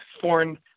foreign –